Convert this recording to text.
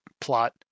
plot